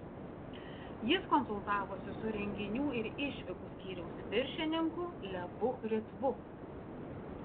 jis konsultavosi su renginių ir išvykų skyriaus viršininku levu ritvu